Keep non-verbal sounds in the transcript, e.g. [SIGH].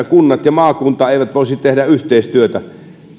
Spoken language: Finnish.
[UNINTELLIGIBLE] kunnat ja maakunta eivät voisi tehdä yhteistyötä